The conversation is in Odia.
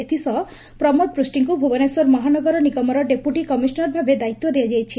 ଏଥିସହ ପ୍ରମୋଦ ପୃଷ୍ଟିଙ୍ଙୁ ଭୁବନେଶ୍ୱର ମହାନଗର ନିଗମର ଡେପୁଟି କମିଶନର ଭାବେ ଦାୟିତ୍ୱ ଦିଆଯାଇଛି